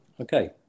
Okay